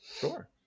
Sure